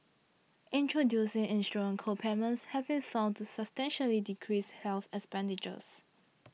introducing insurance co payments have been found to substantially decrease health expenditures